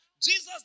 Jesus